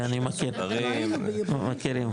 מכירים.